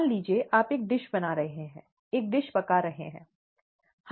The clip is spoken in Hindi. मान लीजिए आप एक डिश बना रहे हैं एक डिश पका रहे हैं ठीक है